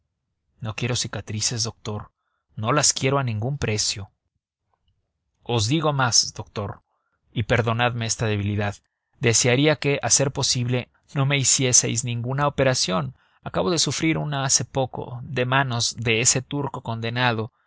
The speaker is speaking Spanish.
no quiero cicatrices doctor no las quiero a ningún precio os digo más doctor y perdonadme esta debilidad desearía que a ser posible no me hicieseis ninguna operación acabo de sufrir una hace poco de manos de ese turco condenado